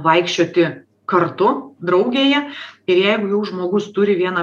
vaikščioti kartu draugėje ir jeigu jau žmogus turi vieną